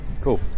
Cool